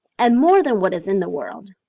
and more than what is in the world.